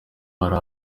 hari